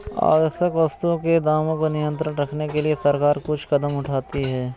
आवश्यक वस्तुओं के दामों को नियंत्रित रखने के लिए सरकार कुछ कदम उठाती है